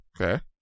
Okay